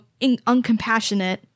uncompassionate